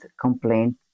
complaint